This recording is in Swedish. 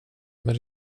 med